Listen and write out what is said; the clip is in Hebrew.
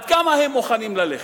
עד כמה הם מוכנים ללכת.